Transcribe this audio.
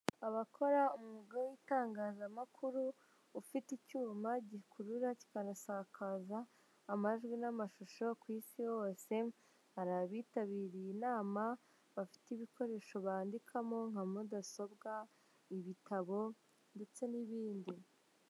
Abakora umwuga w'itangazamakuru, ufite icyuma gikurura kikanasakaza amajwi n'amashusho ku isi hose, hari abitabiriye inama bafite ibikoresho bandikamo nka mudasobwa, ibitabo ndetse n'ibindi.